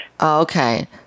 Okay